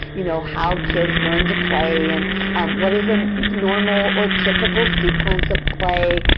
you know, how kids learn to play and what is a normal or typical sequence of play.